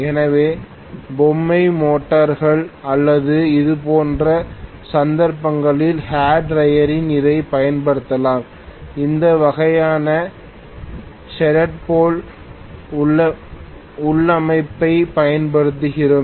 எனவே பொம்மை மோட்டார்கள் அல்லது இதுபோன்ற சந்தர்ப்பங்களில் ஹேர் ட்ரையரில் இதைப் பயன்படுத்தலாம் இந்த வகையான ஷேடட் போல் உள்ளமைவைப் பயன்படுத்துகிறோம்